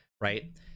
right